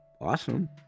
awesome